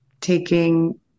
taking